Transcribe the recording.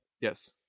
Yes